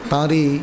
Tari